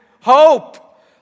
hope